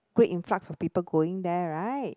great influx of people going there right